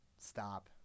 Stop